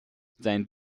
sein